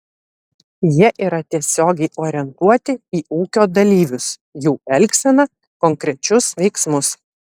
jie yra tiesiogiai orientuoti į ūkio dalyvius jų elgseną konkrečius veiksmus